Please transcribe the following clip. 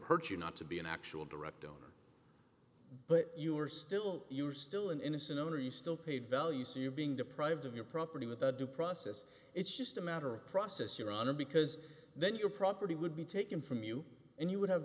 hurt you not to be an actual direct donor but you are still you are still an innocent owner you still paid value so you're being deprived of your property without due process it's just a matter of process your honor because then your property would be taken from you and you would have